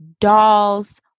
Dolls